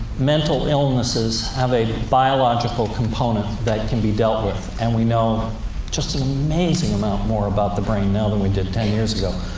mental illnesses have a biological component that can be dealt with. and we know just an amazing amount more about the brain now than we did ten years ago.